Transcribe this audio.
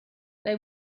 they